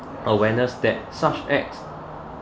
awareness that such acts